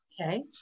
okay